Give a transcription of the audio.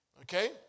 Okay